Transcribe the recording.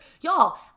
y'all